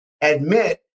admit